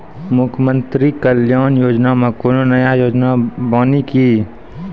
मुख्यमंत्री कल्याण योजना मे कोनो नया योजना बानी की?